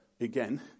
again